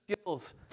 skills